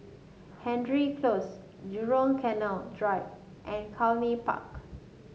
Hendry Close Jurong Canal Drive and Cluny Park